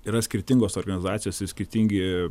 yra skirtingos organizacijos ir skirtingi